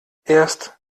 erst